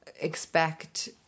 expect